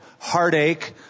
heartache